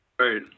Right